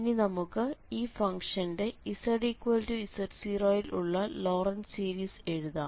ഇനി നമുക്ക് ഈ ഫംഗ്ഷന്റെ zz0 ൽ ഉള്ള ലോറന്റ് സീരീസ് എഴുതാം